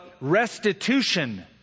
restitution